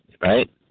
right